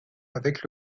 avec